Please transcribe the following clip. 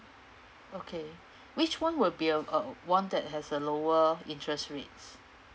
okay which one will be uh uh one that has a lower of interest rates